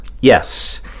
Yes